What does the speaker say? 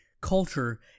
culture